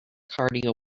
cardio